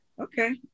Okay